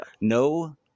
no